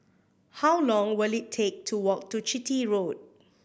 how long will it take to walk to Chitty Road